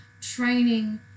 training